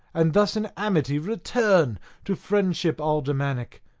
and thus in amity return to friendship aldermanic,